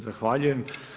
Zahvaljujem.